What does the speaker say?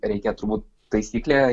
reikia turbūt taisyklė